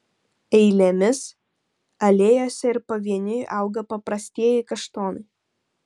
eilėmis alėjose ir pavieniui auga paprastieji kaštonai